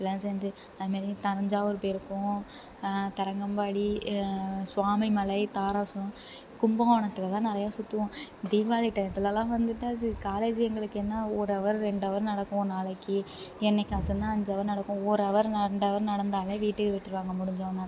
எல்லோரும் சேர்ந்து அது மாரி தஞ்சாவூர் போய்ருக்கோம் தரங்கம்பாடி சுவாமிமலை தாராசுரம் கும்பகோணத்தில் தான் நிறைய சுற்றுவோம் தீபாளி டைத்திலலாம் வந்துவிட்டா இது காலேஜு எங்களுக்கு என்ன ஒரு அவர் ரெண்டு அவர் நடக்கும் ஒரு நாளைக்கு என்னைக்காச்சுந்தான் அஞ்சு அவர் நடக்கும் ஒரு அவர் நடந்தால் நடந்தாலே வீட்டுக்கு விட்டுருவாங்க முடிஞ்சோடனே